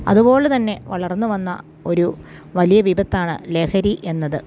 അതുപോലെ തന്നെ വളർന്നു വന്ന ഒരു വലിയ വിപത്താണ് ലഹരി എന്നത്